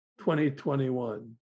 2021